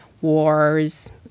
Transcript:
wars